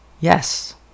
yes